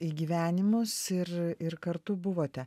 į gyvenimus ir ir kartu buvote